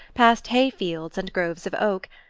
past hay-fields and groves of oak,